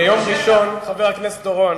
ביום ראשון, חבר הכנסת אורון,